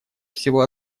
всего